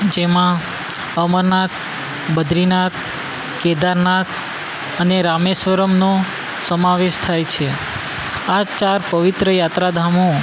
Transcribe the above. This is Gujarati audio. જેમાં અમરનાથ બદ્રીનાથ કેદારનાથ અને રામેશ્વરમનો સમાવેશ થાય છે આ ચાર પવિત્ર યાત્રાધામો